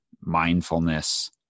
mindfulness